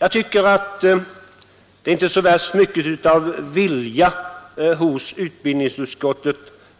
Jag tycker inte att utbildningsutskottet visar så värst stor vilja